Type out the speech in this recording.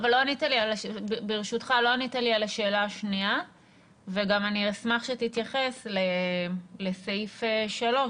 אבל לא ענית לי על השאלה השנייה ואני גם אשמח שתתייחס לסעיף 3,